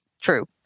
True